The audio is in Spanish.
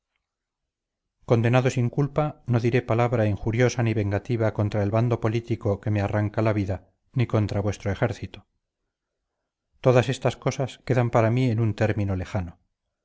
condenado sin culpa no diré palabra injuriosa ni vengativa contra el bando político que me arranca la vida ni contra vuestro ejército todas estas cosas quedan para mí en un término lejano